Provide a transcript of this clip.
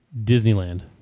Disneyland